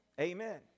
Amen